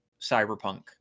cyberpunk